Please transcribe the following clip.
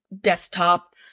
desktop